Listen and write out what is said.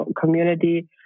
community